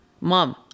Mom